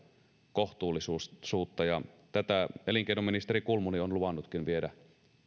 kohtuullisuutta ja tätä elinkeinoministeri kulmuni on luvannutkin viedä